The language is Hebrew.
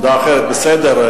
עמדה אחרת, בסדר.